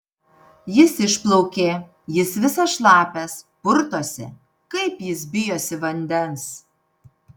jis išplaukė jis visas šlapias purtosi kaip jis bijosi vandens